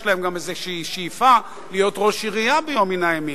יש להם גם איזו שאיפה להיות ראש עירייה ביום מן הימים.